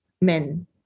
men